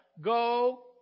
go